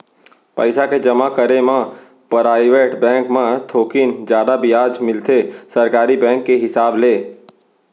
पइसा के जमा करे म पराइवेट बेंक म थोकिन जादा बियाज मिलथे सरकारी बेंक के हिसाब ले